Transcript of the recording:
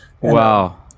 wow